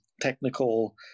technical